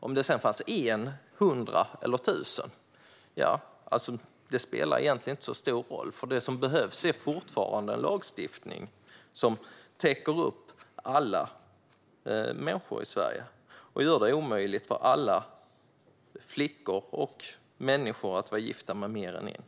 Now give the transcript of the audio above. Om det sedan är en, hundra eller tusen spelar egentligen inte så stor roll, för det som behövs är fortfarande en lagstiftning som omfattar alla människor i Sverige och gör det omöjligt för alla att vara gifta med mer än en.